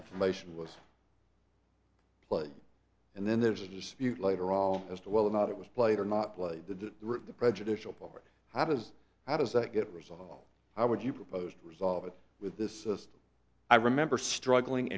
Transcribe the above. information was played and then there's a dispute later all as to whether or not it was played or not played the the prejudicial part how does how does that get resolved how would you propose to resolve it with this system i remember struggling